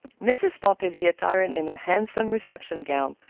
mrs. pontellier, attired in a handsome reception gown,